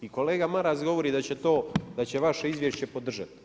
I kolega Maras govori da će vaše izvješće podržati.